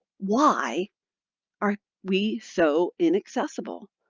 why are we so inaccessible?